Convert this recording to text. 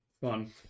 Fun